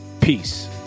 Peace